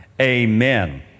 amen